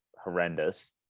horrendous